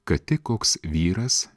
kad tik koks vyras